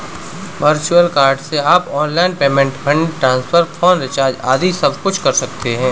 virtual card से आप online payment, fund transfer, phone recharge आदि सबकुछ कर सकते हैं